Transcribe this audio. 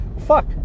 Fuck